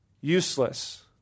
Useless